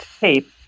tape